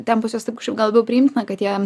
ten pas juos taip kažkaip gal labiau priimtina kad jie